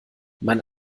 mein